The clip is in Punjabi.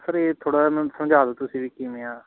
ਸਰ ਇਹ ਥੋੜ੍ਹਾ ਜਿਹਾ ਮੈਨੂੰ ਸਮਝਾ ਦਿਉ ਤੁਸੀਂ ਵੀ ਕਿਵੇਂ ਆ